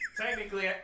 Technically